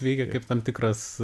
veikė kaip tam tikras